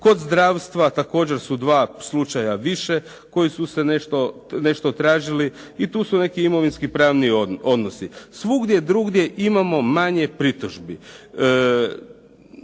Kod zdravstva također su 2 slučaja više koji su nešto tražili i tu su neki imovinsko-pravni odnosi. Svugdje drugdje imamo manje pritužbi.